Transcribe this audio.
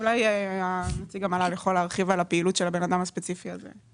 אולי נציג המל"ל יכול להרחיב על הפעילות של הבן אדם הספציפי הזה.